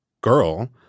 girl